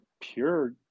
pure